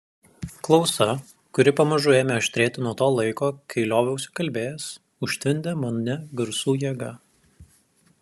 klausa kuri pamažu ėmė aštrėti nuo to laiko kai lioviausi kalbėjęs užtvindė mane garsų jėga